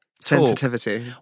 sensitivity